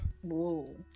whoa